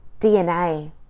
DNA